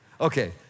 Okay